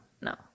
No